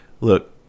look